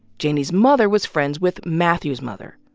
janey's mother was friends with mathew's mother.